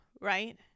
right